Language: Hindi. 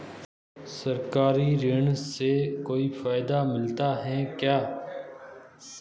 सरकारी ऋण से कोई फायदा मिलता है क्या?